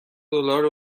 دلار